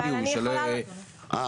אבל אני יכולה --- שינויים בנוסח.